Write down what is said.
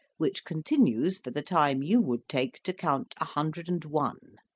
which continues for the time you would take to count a hundred and one.